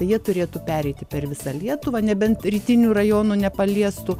tai jie turėtų pereiti per visą lietuvą nebent rytinių rajonų nepaliestų